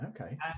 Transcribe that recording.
Okay